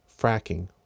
fracking